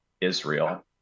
Israel